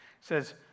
says